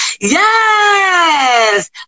Yes